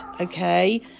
okay